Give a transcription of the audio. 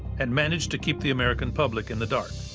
and managed to keep the american public in the dark.